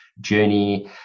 journey